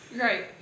Right